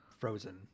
frozen